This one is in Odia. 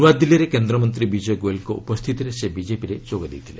ନୂଆଦିଲ୍ଲୀରେ କେନ୍ଦ୍ରମନ୍ତ୍ରୀ ବିଜୟ ଗୋଏଲ୍ଙ୍କ ଉପସ୍ଥିତିରେ ସେ ବିଜେପିରେ ଯୋଗ ଦେଇଥିଲେ